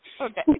Okay